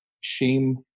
Shame